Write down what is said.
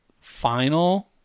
Final